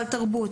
סל תרבות,